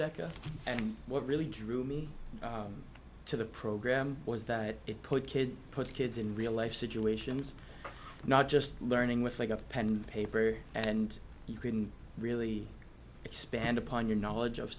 deca and what really drew me to the program was that it put kids puts kids in real life situations not just learning with like a pen and paper and you couldn't really expand upon your knowledge of